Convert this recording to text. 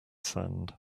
sand